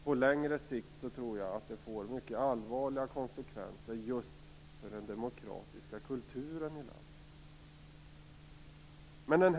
På längre sikt tror jag att det får allvarliga konsekvenser just för den demokratiska kulturen i landet.